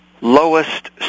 Lowest